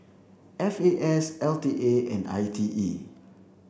F A S L T A and I T E